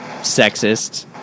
sexist